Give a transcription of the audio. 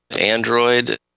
Android